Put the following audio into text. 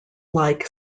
like